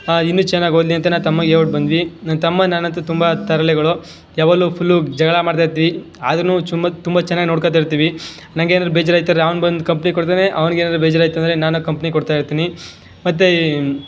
ಇನ್ನು ಚೆನ್ನಾಗಿ ಓದಲಿ ಅಂತ ನನ್ನ ತಮ್ಮಗೆ ಹೇಳ್ಬಿಟ್ ಬಂದ್ವಿ ನನ್ನ ತಮ್ಮ ನಾನಂತು ತುಂಬ ತರಲೆಗಳು ಯಾವಾಗಲೂ ಫುಲ್ಲು ಜಗಳ ಮಾಡ್ತಾ ಇರ್ತೀವಿ ಆದ್ರು ತುಂಬ ತುಂಬ ಚೆನ್ನಾಗಿ ನೋಡ್ಕೋತ ಇರ್ತೀವಿ ನಂಗೇನಾದ್ರೂ ಬೇಜಾರು ಆಯಿತು ಅಂದರೆ ಅವ್ನು ಬಂದು ಕಂಪ್ನಿ ಕೊಡ್ತಾನೆ ಅವ್ನಿಗೇನಾದ್ರು ಬೇಜಾರು ಆಯಿತು ಅಂದರೆ ನಾನೋಗಿ ಕಂಪ್ನಿ ಕೊಡ್ತಾ ಇರ್ತೀನಿ ಮತ್ತೆ